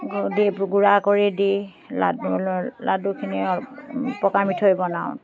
গুৰ দি গুৰা কৰি দি লাডু লাডুখিনি পকামিঠৈ বনাওঁ